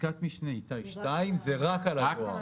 פסקת משנה (2) היא רק על הדואר.